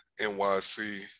NYC